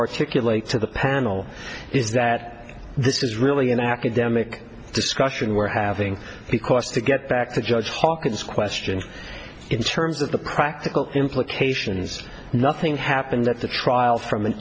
articulate to the panel is that this is really an academic discussion we're having because to get back to judge hawkins question in terms of the practical implications nothing happens at the trial from an